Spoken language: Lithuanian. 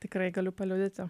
tikrai galiu paliudyti